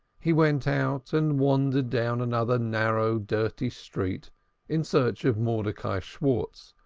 he went out and wandered down another narrow dirty street in search of mordecai schwartz,